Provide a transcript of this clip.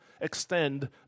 extend